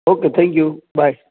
okay thank you